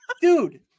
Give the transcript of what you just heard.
dude